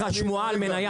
הבטחת המזון זה דבר אחד,